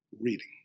reading